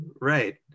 Right